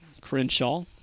Crenshaw